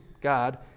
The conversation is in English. God